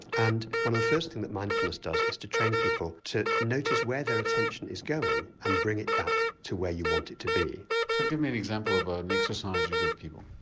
and one of the first things and that mindfulness does is to train people to notice where their attention is going and bring it back to where you want it to be. so give me an example of an exercise you give people.